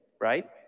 right